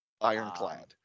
Ironclad